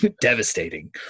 Devastating